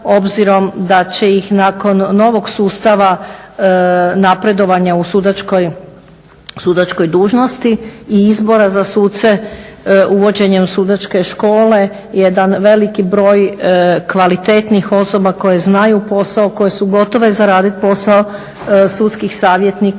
obzirom da će ih nakon novog sustava napredovanja u sudačkoj dužnosti i izbora za suce uvođenjem sudačke škole jedan veliki broj kvalitetnih osoba koje znaju posao, koje su gotove za radit posao sudskih savjetnika